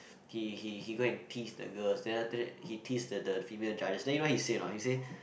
he he he go and tease the girls then after that he tease the the female judges then you know what he say or not he say